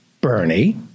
Bernie